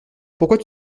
pourquoi